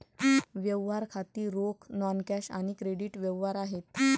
व्यवहार खाती रोख, नॉन कॅश आणि क्रेडिट व्यवहार आहेत